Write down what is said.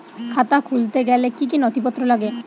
খাতা খুলতে গেলে কি কি নথিপত্র লাগে?